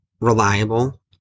reliable